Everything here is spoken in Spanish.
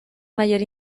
mayor